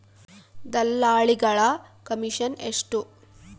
ದಲ್ಲಾಳಿಗಳ ಕಮಿಷನ್ ಎಷ್ಟು?